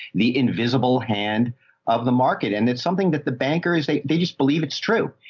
the invisible hand of the market. and it's something that the banker is a, they just believe it's true.